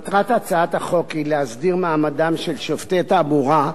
מטרת הצעת החוק היא להסדיר מעמדם של שופטי תעבורה.